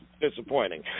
Disappointing